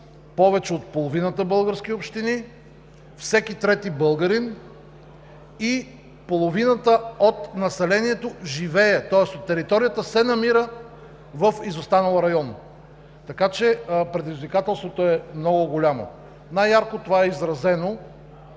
повече от половината български общини всеки трети българин и половината от територията се намира в изостанал район. Така че предизвикателството е много голямо. Най-ярко това е изразено,